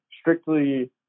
strictly